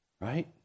right